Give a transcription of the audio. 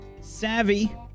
savvy